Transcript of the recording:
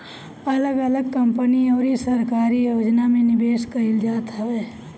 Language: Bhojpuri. अगल अलग कंपनी अउरी सरकारी योजना में निवेश कईल जात हवे